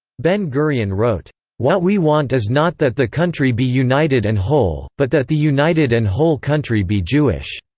ben gurion wrote what we want is not that the country be united and whole, but that the united and whole country be jewish.